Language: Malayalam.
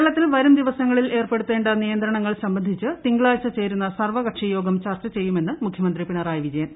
കേരളത്തിൽ വരും ദിവിസ്ങ്ങളിൽ ഏർപ്പെടുത്തേണ്ട നിയന്ത്രണങ്ങൾ സംബന്ധിച്ച് തീങ്കളാഴ്ച ചേരുന്ന സർവ്വകക്ഷി യോഗം ചർച്ച ചെയ്യുമെന്ന് ്മുഖൃമന്ത്രി പിണറായി വിജയൻ